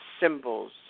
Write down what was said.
Symbols